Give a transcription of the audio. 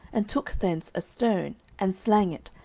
and took thence a stone, and slang it,